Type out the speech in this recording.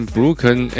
Broken